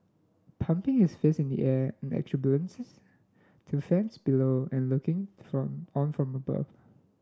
pumping his fist in the air in exuberances to fans below and looking from on from above